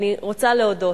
אני רוצה להודות,